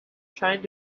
trying